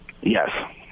Yes